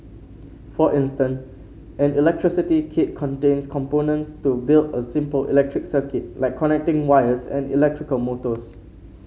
for instance an electricity kit contains components to build a simple electric circuit like connecting wires and electrical motors